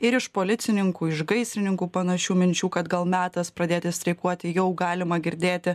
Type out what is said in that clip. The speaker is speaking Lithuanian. ir iš policininkų iš gaisrininkų panašių minčių kad gal metas pradėti streikuoti jau galima girdėti